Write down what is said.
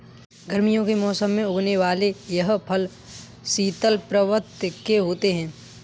गर्मी के मौसम में उगने वाले यह फल शीतल प्रवृत्ति के होते हैं